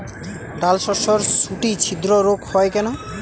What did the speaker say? ডালশস্যর শুটি ছিদ্র রোগ হয় কেন?